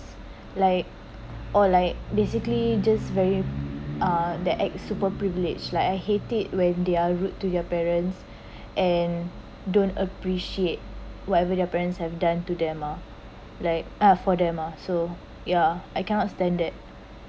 like or like basically just very uh they act super privilege like I hate it when they’re rude to their parents and don't appreciate whatever their parents have done to them ah like uh for them ah so ya I cannot stand that